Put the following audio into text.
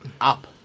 up